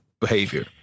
behavior